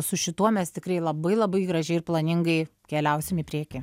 su šituo mes tikrai labai labai gražiai ir planingai keliausim į priekį